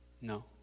No